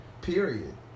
Period